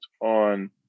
on